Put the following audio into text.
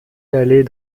aller